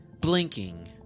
Blinking